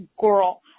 girl